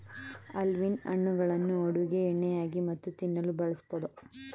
olive ಹಣ್ಣುಗಳನ್ನು ಅಡುಗೆ ಎಣ್ಣೆಯಾಗಿ ಮತ್ತು ತಿನ್ನಲು ಬಳಸಬೋದು